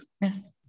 Yes